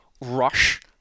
rush